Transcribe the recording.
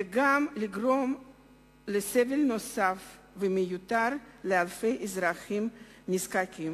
וגם לגרום סבל נוסף ומיותר לאלפי אזרחים נזקקים.